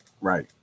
Right